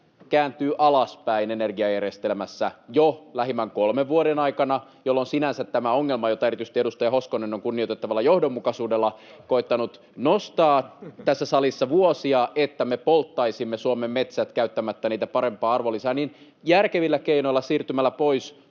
kääntyy alaspäin energiajärjestelmässä jo lähimmän kolmen vuoden aikana, jolloin sinänsä tämä ongelma — jota erityisesti edustaja Hoskonen on kunnioitettavalla johdonmukaisuudella koettanut nostaa tässä salissa vuosia, että me polttaisimme Suomen metsät käyttämättä niitä parempaan arvonlisään — järkevillä keinoilla, siirtymällä pois